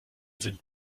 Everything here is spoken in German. sind